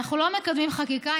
אנחנו לא מקדמים חקיקה,